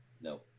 No